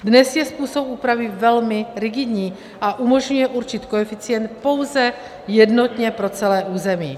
Dnes je způsob úpravy velmi rigidní a umožňuje určit koeficient pouze jednotně pro celé území.